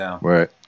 Right